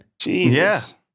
Jesus